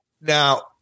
Now